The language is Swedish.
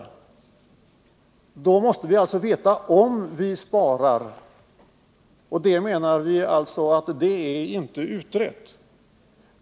Men då måste vi också veta om en viss åtgärd innebär besparingar, och vi menar att det inte är utrett i detta fall.